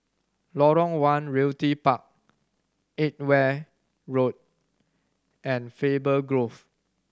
Lorong One Realty Park Edgware Road and Faber Grove